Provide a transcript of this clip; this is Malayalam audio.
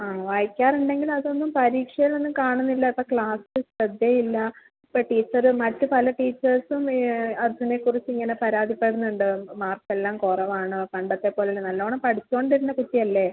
ആ വായിക്കാറുണ്ടെങ്കിലും അത് ഒന്നും പരീക്ഷയിൽ ഒന്നും കാണുന്നില്ല ഇപ്പം ക്ലാസ്സിൽ ശ്രദ്ധ ഇല്ല ഇപ്പം ടീച്ചറ് മറ്റ് പല ടീച്ചേഴ്സും അർജ്ജുനെ കുറിച്ച് ഇങ്ങനെ പരാതിപ്പെടുന്നുണ്ട് മാർക്ക് എല്ലാം കുറവാണ് പണ്ടത്തെ പോലെ അല്ല നല്ല വണ്ണം പഠിച്ചു കൊണ്ട് ഇരുന്ന കുട്ടി അല്ലേ